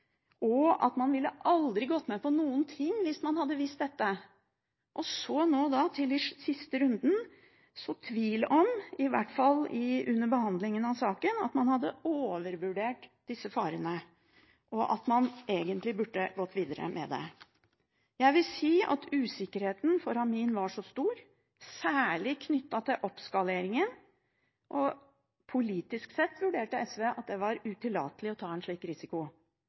og at man aldri ville gått med på noen ting hvis man hadde visst dette, for så nå i siste runde å så tvil om disse farene – i hvert fall under behandlingen av saken – at man hadde overvurdert dem, og at man egentlig burde gått videre med dette. Jeg vil si at usikkerheten rundt amin var så stor, særlig knyttet til oppskaleringen, at SV politisk sett vurderte at det var utillatelig å ta en slik risiko,